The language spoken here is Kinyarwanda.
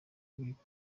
kubika